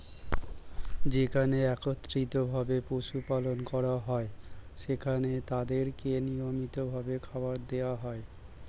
যেখানে একত্রিত ভাবে পশু পালন করা হয়, সেখানে তাদেরকে নিয়মিত ভাবে খাবার দেওয়া হয়